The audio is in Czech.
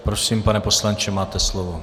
Prosím, pane poslanče, máte slovo.